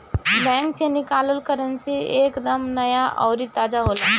bank से निकालल currency एक दम नया अउरी ताजा होला